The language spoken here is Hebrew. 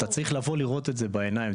אתה צריך לבוא לראות את זה בעיניים.